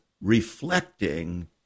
reflecting